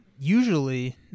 usually